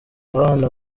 abana